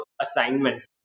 assignments